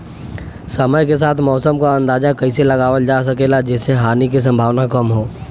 समय के साथ मौसम क अंदाजा कइसे लगावल जा सकेला जेसे हानि के सम्भावना कम हो?